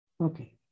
Okay